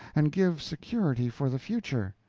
and give security for the future.